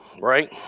Right